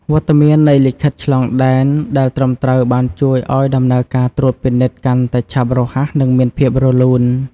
វត្តមាននៃលិខិតឆ្លងដែនដែលត្រឹមត្រូវបានជួយឱ្យដំណើរការត្រួតពិនិត្យកាន់តែឆាប់រហ័សនិងមានភាពរលូន។